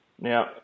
Now